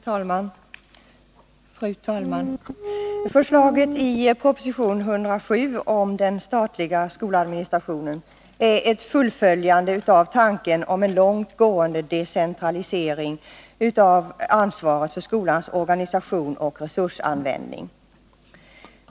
Herr talman! Förslaget i proposition 107 om den statliga skoladministrationen är ett fullföljande av tanken på en långt gående decentralisering av ansvaret för skolans organisation och resursanvändning.